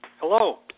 Hello